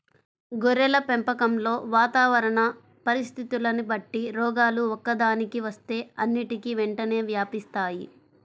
గొర్రెల పెంపకంలో వాతావరణ పరిస్థితులని బట్టి రోగాలు ఒక్కదానికి వస్తే అన్నిటికీ వెంటనే వ్యాపిస్తాయి